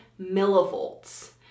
millivolts